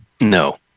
No